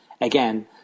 Again